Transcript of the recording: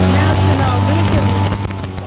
مےٚ حظ چھِ ناو مہجَبیٖن